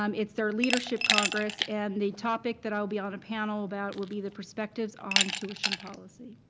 um it's their leadership congress and the topic that i will be on a panel about will be the perspectives on tuition policy.